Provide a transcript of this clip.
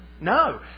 No